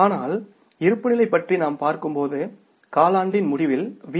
ஆனால் இருப்புநிலை பற்றி நாம் பார்க்கும்போதுகாலாண்டின் முடிவில் வி